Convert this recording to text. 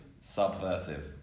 Subversive